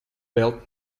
built